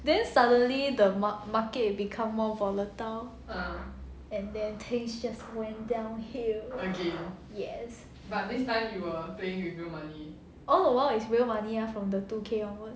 then suddenly the market become more volatile and then things just went downhill yes all the while is real money ah from the two K onwards